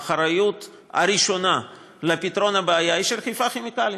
האחריות הראשונה לפתרון הבעיה היא של חיפה כימיקלים.